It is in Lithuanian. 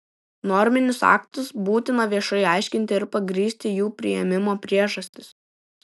norminius aktus būtina viešai aiškinti ir pagrįsti jų priėmimo priežastis